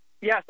Yes